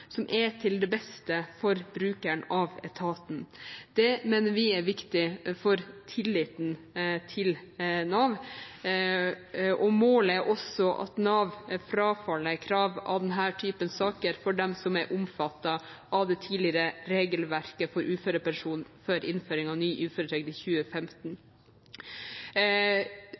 som er til det beste for brukere av etaten. Det mener vi er viktig for tilliten til Nav. Målet er også at Nav frafaller krav av denne typen saker for dem som er omfattet av det tidligere regelverket for uførepensjon før innføringen av ny uføretrygd i 2015.